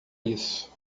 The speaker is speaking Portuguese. isso